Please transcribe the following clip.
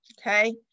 okay